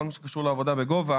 בכל מה שקשור בעבודה בגובה